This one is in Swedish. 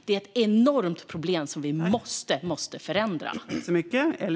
Det är ett enormt problem, och vi måste förändra det.